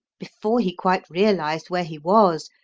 before he quite realised where he was,